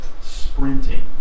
sprinting